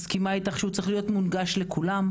אני מסכימה אתך שהוא צריך להיות מונגש לכולם,